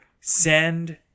send